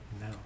No